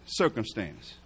circumstance